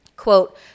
Quote